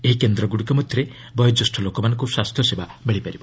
ଏହି କେନ୍ଦ୍ରଗ୍ରଡ଼ିକ ମଧ୍ୟରେ ବୟୋଜ୍ୟେଷ୍ଠ ଲୋକମାନଙ୍କୁ ସ୍ୱାସ୍ଥ୍ୟ ସେବା ମିଳିପାରିବ